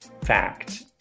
fact